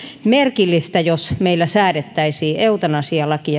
merkillistä jos meillä säädettäisiin eutanasialaki